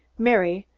mary,